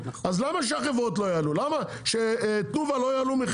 אז למה שהחברות לא יעלו,